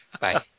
Bye